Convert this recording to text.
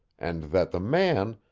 and that the man,